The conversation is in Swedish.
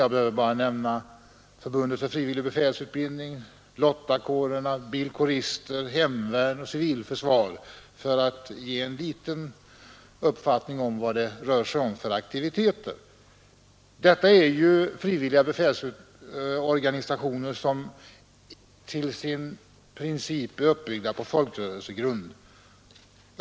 Jag behöver bara nämna Förbundet för frivillig befälsutbildning, lottakårer, bilkårer, hemvärn och civilförsvar för att ge en liten uppfattning om vad det rör sig om för aktiviteter. De frivilliga befälsorganisationerna är till sin princip uppbyggda på folkrörelsegrund.